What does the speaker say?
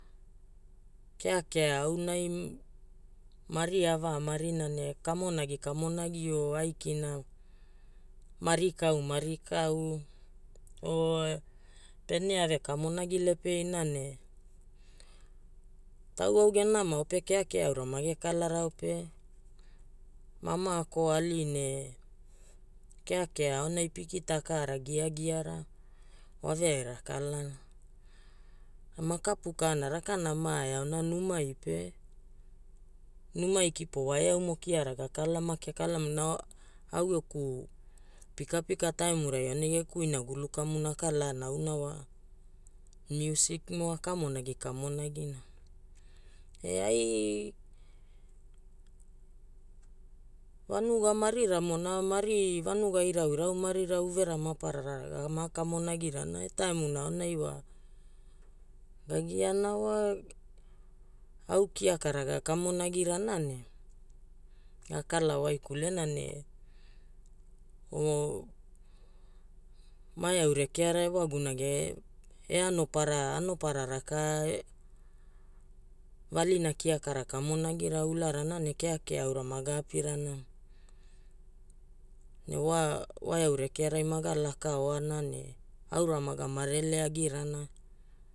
Keakea aunai mari ava marina ne kamonagi kamonagi o aikina marikau marikau o pene avekamonagi lepeina ne tauwau genamao pe keakea aura mage kalarao pe ma makoali ne keakea aonai pikita kaaara giagiara, waveaira akalana. Na makapu kaana rakana maeao na numai pe numai kipo waeaumo kiara gakala make kala make na au geku pikapika taimurai aonai geku inagulu kamuna akalaana auna wa music mo akamonagi kamonagina. E ai vanuga mariramo na mari vanuga irauirau marira uvera maparara gama kamongairana. Etaimuna aonai wa gagiaana wa au kiakara gakamonagirana ne gakala waikulena ne o maeau rekeara ewaguna ge eanopara anopara raka valina kiakara kamonagira ularana ne keakea aura maga apirana ne wa waeau rekearai maga lakaoana ne aura maga marele agirana.